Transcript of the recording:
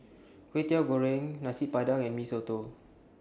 Kwetiau Goreng Nasi Padang and Mee Soto